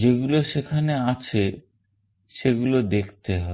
যেগুলো সেখানে আছে সেগুলো দেখতে হবে